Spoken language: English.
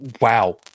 wow